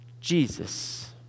Jesus